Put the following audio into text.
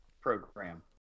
program